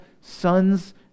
sons